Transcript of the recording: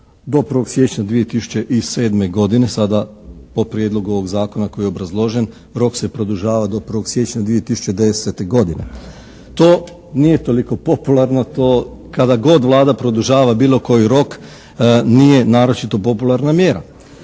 do 1. siječnja 2007. godine, sada po prijedlogu ovog Zakona koji je obrazložen rok se produžava do 1. siječnja 2010. godine. To nije toliko popularno. To kada god Vlada produžava bilo koji rok nije naročito popularna mjera.